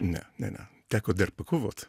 ne ne ne teko dar pakovot